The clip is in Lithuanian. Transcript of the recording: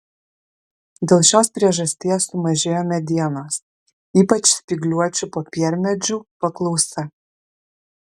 dėl šios priežasties sumažėjo medienos ypač spygliuočių popiermedžių paklausa